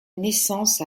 naissance